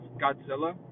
godzilla